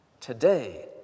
today